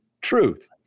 truth